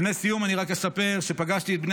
לפני סיום אני רק אספר שפגשתי את בני